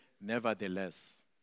nevertheless